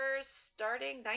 starting